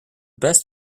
best